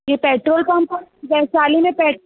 जीअं petrol pump Vaishali में पे